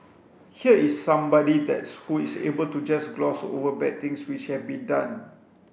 here is somebody that's who is able to just gloss over bad things which have been done